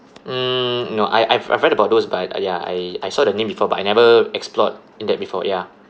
um no I I've I've read about those but ah ya I I saw the name before but I never explored in that before ya